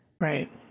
right